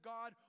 God